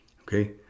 Okay